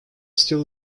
still